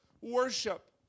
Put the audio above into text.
worship